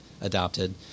adopted